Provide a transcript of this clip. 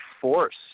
force